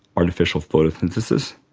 artificial photosynthesis,